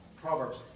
Proverbs